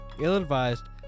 ill-advised